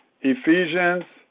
Ephesians